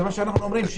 זה מה שאנחנו אומרים.